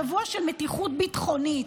שבוע של מתיחות ביטחונית: